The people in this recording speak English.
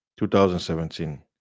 2017